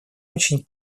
очень